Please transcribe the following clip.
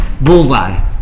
bullseye